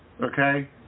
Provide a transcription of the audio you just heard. Okay